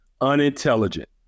unintelligent